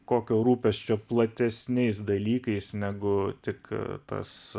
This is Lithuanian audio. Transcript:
kokio rūpesčio platesniais dalykais negu tik tas